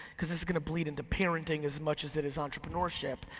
cause this is gonna bleed into parenting as much as it is entrepreneurship.